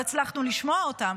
לא הצלחנו לשמוע אותם